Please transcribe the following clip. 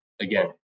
again